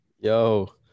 Yo